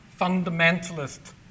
fundamentalist